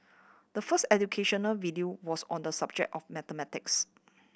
the first educational video was on the subject of mathematics